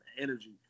energy